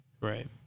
Right